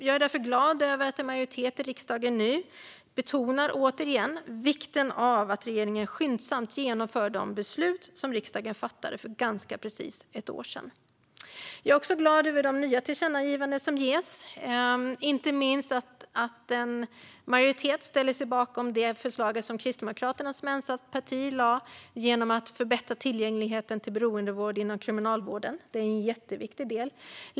Jag är därför glad över att en majoritet i riksdagen nu återigen betonar vikten av att regeringen skyndsamt genomför det förslag som riksdagen fattade beslut om för ganska precis ett år sedan. Jag är också glad över de nya tillkännagivanden som föreslås, inte minst att en majoritet ställer sig bakom det förslag som Kristdemokraterna som ensamt parti lagt fram om att förbättra tillgängligheten till beroendevård inom kriminalvården. Det är en jätteviktig del.